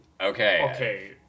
Okay